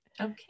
okay